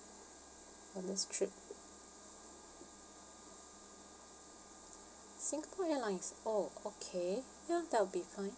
for this trip singapore airlines oh okay ya that will be fine